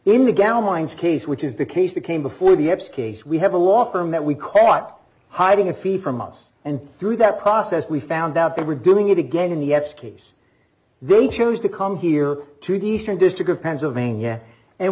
in the gal minds case which is the case that came before the apps case we have a law firm that we caught hiding a fee from us and through that process we found out they were doing it again in the case they chose to come here to the eastern district of pennsylvania and